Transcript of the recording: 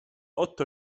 otto